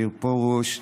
מאיר פרוש,